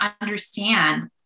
understand